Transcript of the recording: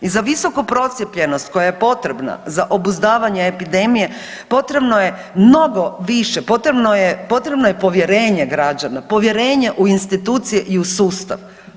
I za visoku procijepljenost koja je potrebna za obuzdavanje epidemije potrebno je mnogo više, potrebno je, potrebno je povjerenje građana, povjerenje u institucije i u sustav.